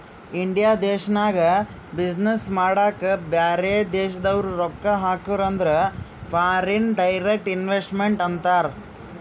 India ದೇಶ್ನಾಗ business ಮಾಡಾಕ ಬ್ಯಾರೆ ದೇಶದವ್ರು ರೊಕ್ಕಾ ಹಾಕುರ್ ಅಂದುರ್ ಫಾರಿನ್ ಡೈರೆಕ್ಟ್ ಇನ್ವೆಸ್ಟ್ಮೆಂಟ್ ಅಂತಾರ್